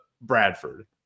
Bradford